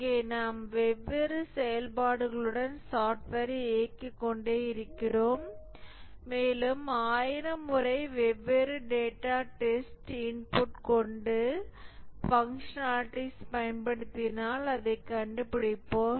இங்கே நாம் வெவ்வேறு செயல்பாடுகளுடன் சாப்ட்வேரை இயக்கிக்கொண்டே இருக்கிறோம் மேலும் 1000 முறை வெவ்வேறு டேட்டா டெஸ்ட் இன்புட் கொண்டு பங்ஸனாலிடீஸ் பயன்படுத்தினால் அதைக் கண்டுபிடிப்போம்